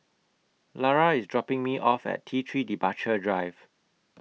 Lara IS dropping Me off At T three Departure Drive